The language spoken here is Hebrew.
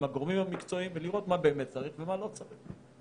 הגורמים המקצועיים ולראות מה באמת צריך ומה לא צריך.